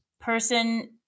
person –